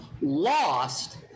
lost